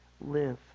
live